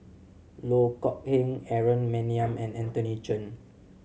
Loh Kok Heng Aaron Maniam and Anthony Chen